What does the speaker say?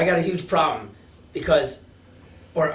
e got a huge problem because or